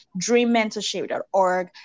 dreammentorship.org